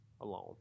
alone